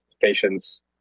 patients